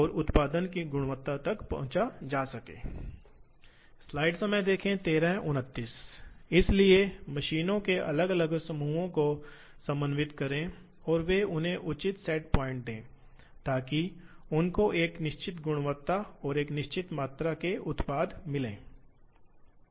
कुछ बिंदु पर इसलिए कुछ बिंदु पर संख्यात्मक डेटा का उपयोग मशीन को नियंत्रित करने के लिए किया जाना चाहिए और सिस्टम को इस डेटा के कम से कम कुछ हिस्से की स्वचालित रूप से व्याख्या करनी चाहिए